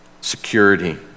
security